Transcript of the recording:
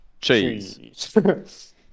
cheese